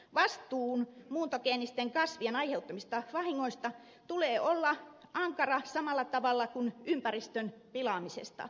vastuun muuntogeenisten kasvien aiheuttamista vahingoista tulee olla ankara samalla tavalla kuin ympäristön pilaamisessa